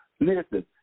Listen